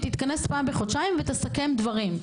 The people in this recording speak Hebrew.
היא תתכנס אחת לחודשיים ותסכם דברים.